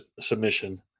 submission